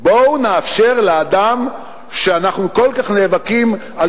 בואו נאפשר לאדם שאנחנו כל כך נאבקים על